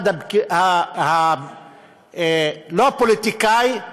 לא פוליטיקאי,